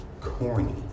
corny